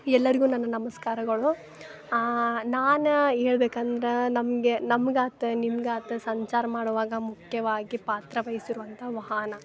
ಎಲ್ಲರಿಗು ನನ್ನ ನಮಸ್ಕಾರಗಳು ನಾನು ಹೇಳ್ಬೇಕಂದ್ರೆ ನಮಗೆ ನಮ್ಗಾಯ್ತ್ ನಿಮ್ಗಾಯ್ತ್ ಸಂಚಾರ ಮಾಡೋವಾಗ ಮುಖ್ಯವಾಗಿ ಪಾತ್ರ ವಹಿಸಿರುವಂಥ ವಾಹನ